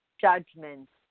judgments